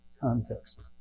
context